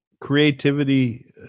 Creativity